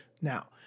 now